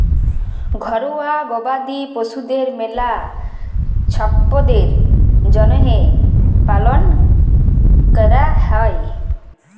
ঘরুয়া গবাদি পশুদের মেলা ছম্পদের জ্যনহে পালন ক্যরা হয়